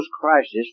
crisis